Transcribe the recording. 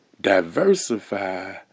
diversify